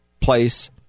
place